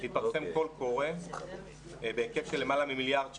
קול קורא בהיקף של למעלה ממיליארד שקל,